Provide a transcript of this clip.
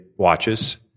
Watches